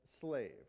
slave